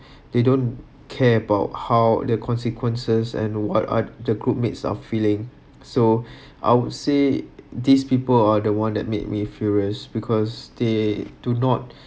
they don't care about how the consequences and what are the group mates are feeling so I would say these people are the one that made me furious because they do not